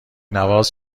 نواز